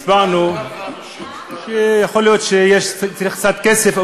הצבענו, יכול להיות שצריך קצת כסף.